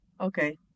Okay